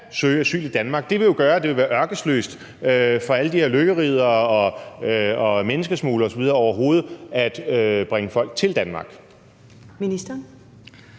søge asyl i Danmark. Det vil jo gøre, at det vil være ørkesløst for alle de her lykkeriddere og menneskesmuglere osv. overhovedet at bringe folk til Danmark. Kl.